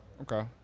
Okay